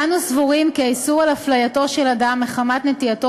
אנו סבורים כי האיסור על הפלייתו של אדם מחמת נטייתו